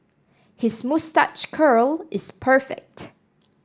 his moustache curl is perfect